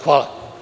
Hvala.